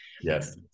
Yes